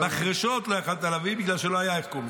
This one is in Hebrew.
מחרשות לא יכולת להביא בגלל שלא היה את כל זה.